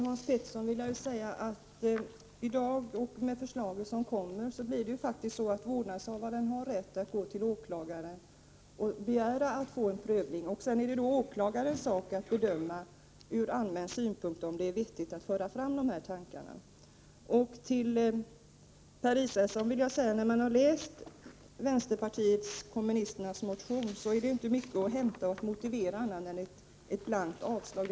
Herr talman! Till Hans Petersson i Röstånga vill jag säga att i dag har faktiskt vårdnadshavaren rätt att gå till åklagare och begära att få en prövning, och så skall det vara även enligt vårt förslag. Sedan är det åklagarens sak att bedöma om det ur allmänna synpunkter är viktigt att föra fram detta. Till Per Israelsson vill jag säga att när man har läst vänsterpartiet kommunisternas motion är det inte mycket annat att göra än att yrka blankt avslag.